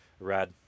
Rad